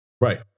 Right